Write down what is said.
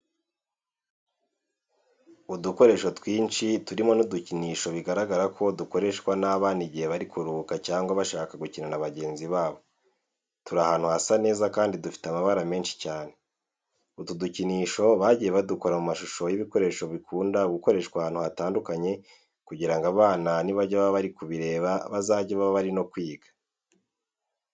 Udukorsho twinshi turimo n'udukinisho bigaragara ko dukoreshwa n'abana igihe bari kuruhuka cyangwa bashaka gukina na bagenzi babo, turi ahantu hasa neza kandi dufite amabara menshi cyane. Utu dukinisho bagiye badukora mu mashusho y'ibikoresho bikunda gukoreshwa ahantu hatandukanye kugira ngo abana nibajya baba bari kubireba bazajye baba bari no kwiga.